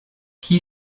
qui